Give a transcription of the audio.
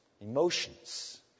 emotions